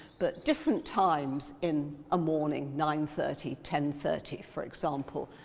but different times in a morning, nine thirty, ten thirty, for example.